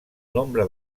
nombre